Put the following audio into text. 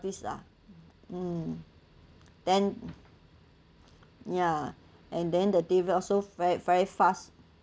this ah mm then ya and then the delivery also very very fast